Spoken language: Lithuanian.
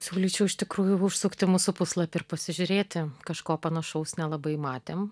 siūlyčiau iš tikrųjų užsukti į mūsų puslapį ir pasižiūrėti kažko panašaus nelabai matėm